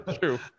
True